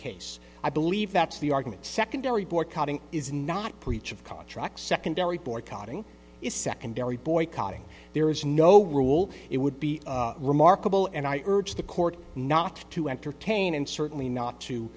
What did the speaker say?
case i believe that's the argument secondary boycotting is not preach of contract secondary boycotting is secondary boycotting there is no rule it would be remarkable and i urge the court not to entertain and certainly not to